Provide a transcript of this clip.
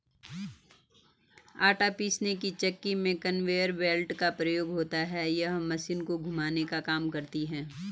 आटा पीसने की चक्की में कन्वेयर बेल्ट का प्रयोग होता है यह मशीन को घुमाने का काम करती है